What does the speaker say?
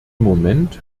moment